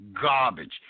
garbage